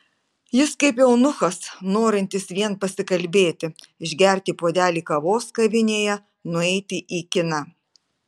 jis kaip eunuchas norintis vien pasikalbėti išgerti puodelį kavos kavinėje nueiti į kiną